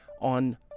on